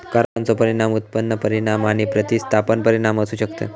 करांचो परिणाम उत्पन्न परिणाम आणि प्रतिस्थापन परिणाम असू शकतत